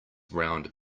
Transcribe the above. round